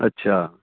अच्छा